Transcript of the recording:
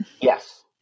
Yes